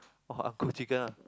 oh cook chicken ah